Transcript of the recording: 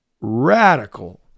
radical